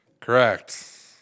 Correct